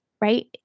right